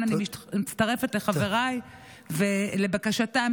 אנחנו הולכים ומאבדים את, לכל הפחות שישמעו בקולו.